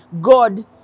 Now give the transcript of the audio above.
God